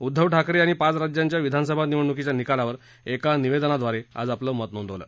उद्धव ठाकरे यांनी पाच राज्यांच्या विधानसभा निवडणुकीच्या निकालावर एका निवेदनाद्वारे आज आपलं मत नोंदवलं